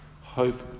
hope